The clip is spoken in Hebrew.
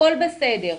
הכול בסדר.